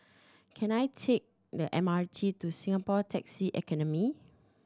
can I take the M R T to Singapore Taxi Academy